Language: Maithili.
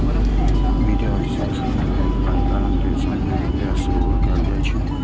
वित्तीय अर्थशास्त्र मे बेरोजगारीक कारण कें समझे के प्रयास सेहो कैल जाइ छै